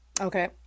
Okay